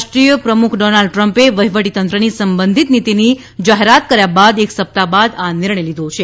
રાષ્ટ્રીય પ્રમુખ ડોનાલ્ડ ટ્રમ્પે વહીવટીતંત્રની સંબંધિત નીતીની જાહેરાત કર્યા બાદ એક સપ્તાહ બાદ આ નિર્ણય લીધો છે